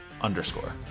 underscore